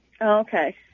Okay